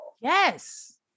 yes